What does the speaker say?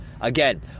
Again